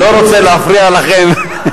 לא רוצה להפריע לכם.